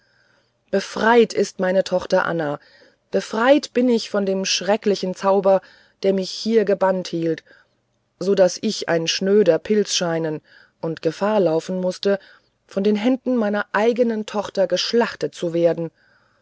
befreit ist meine tochter anna befreit bin ich von dem schrecklichen zauber der mich hier gebannt hielt so daß ich ein schnöder pilz scheinen und gefahr laufen mußte von den händen meiner eignen tochter geschlachtet zu werden